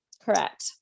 Correct